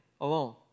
alone